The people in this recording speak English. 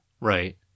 Right